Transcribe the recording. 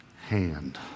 hand